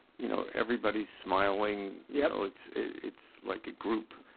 you know everybody's smiling, yeah it's it's like a group